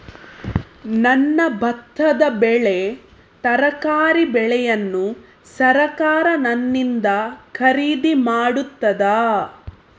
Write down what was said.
ನನ್ನ ಭತ್ತದ ಬೆಳೆ, ತರಕಾರಿ ಬೆಳೆಯನ್ನು ಸರಕಾರ ನನ್ನಿಂದ ಖರೀದಿ ಮಾಡುತ್ತದಾ?